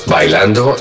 Bailando